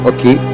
Okay